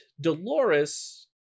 Dolores